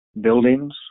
buildings